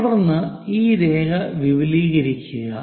തുടർന്ന് ഈ രേഖ വിപുലീകരിക്കുക